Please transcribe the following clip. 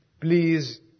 Please